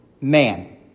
man